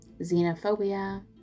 xenophobia